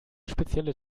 spezielle